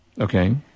Okay